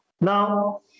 Now